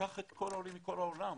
כך לגבי כל העולים מכל העולים.